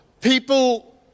people